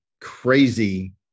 crazy